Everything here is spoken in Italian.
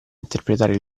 interpretare